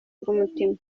bw’umutima